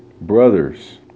brothers